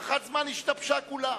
הערכת הזמן השתבשה כולה.